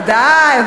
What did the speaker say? בוודאי.